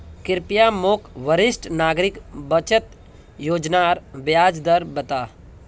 कृप्या मोक वरिष्ठ नागरिक बचत योज्नार ब्याज दर बता